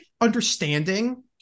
understanding